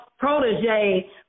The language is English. Protege